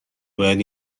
باید